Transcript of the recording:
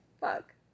Fuck